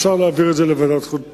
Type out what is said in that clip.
אפשר להעביר את זה לוועדת חוץ וביטחון.